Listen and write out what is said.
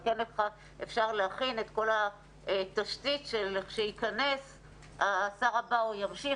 אבל כן אפשר להכין את כל התשתית כך שכשייכנס השר הבא הוא ימשיך,